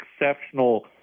exceptional